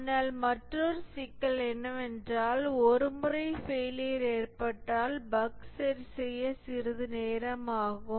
ஆனால் மற்றொரு சிக்கல் என்னவென்றால் ஒரு முறை ஃபெயிலியர் ஏற்பட்டால் பஃக் சரிசெய்ய சிறிது நேரம் ஆகும்